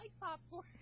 popcorn